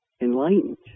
enlightened